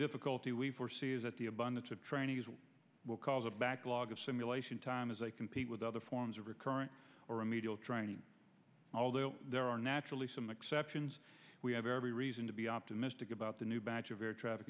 difficulty we foresee is that the abundance of training will cause a backlog of simulation time as they compete with other forms of recurrent or remedial training although there are naturally some exceptions we have every reason to be optimistic about the new batch of air traffic